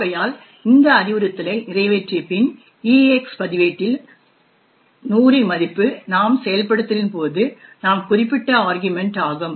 ஆகையால் இந்த அறிவுறுத்தலை நிறைவேற்றியபின் EAX பதிவேட்டில் 100 இன் மதிப்பு நாம் செயல்படுத்தலின் போது நாம் குறிப்பிட்ட ஆர்க்யுமன்ட் ஆகும்